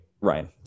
Ryan